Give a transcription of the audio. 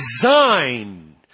design